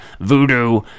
voodoo